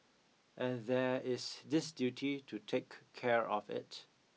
and there is this duty to take care of it